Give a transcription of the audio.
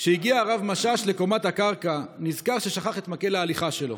כשהגיע הרב משאש לקומת הקרקע נזכר ששכח את מקל ההליכה שלו,